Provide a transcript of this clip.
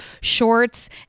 shorts